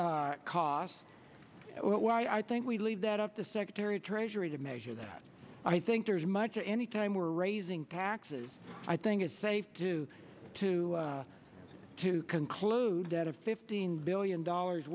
it costs why i think we leave that up the secretary of treasury to measure that i think there's much anytime we're raising taxes i think it's safe to to to conclude at a fifteen billion dollars